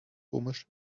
komisch